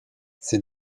c’est